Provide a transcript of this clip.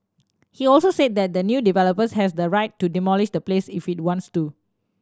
he also said that the new developer has the right to demolish the place if it wants to